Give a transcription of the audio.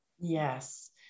Yes